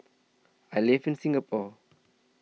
I live in Singapore